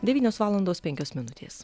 devynios valandos penkios minutės